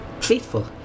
faithful